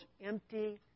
empty